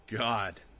god